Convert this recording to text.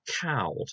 cowed